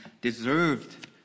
deserved